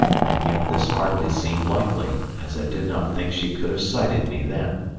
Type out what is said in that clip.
and yet this hardly seemed likely, as i did not think she could have sighted me then.